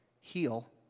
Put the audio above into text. heal